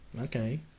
Okay